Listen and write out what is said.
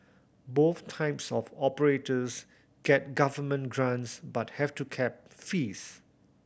both types of operators get government grants but have to cap fees